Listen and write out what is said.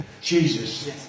Jesus